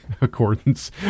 Accordance